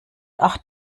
acht